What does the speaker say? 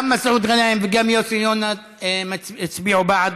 גם מסעוד גנאים וגם יוסי יונה הצביעו בעד,